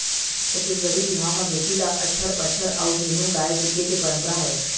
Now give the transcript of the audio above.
छत्तीसगढ़ी बिहाव म बेटी ल अचहर पचहर अउ धेनु गाय टिके के पंरपरा हवय